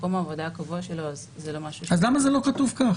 מקום העבודה הקבוע שלו --- אז למה זה לא כתוב כך?